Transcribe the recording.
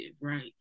right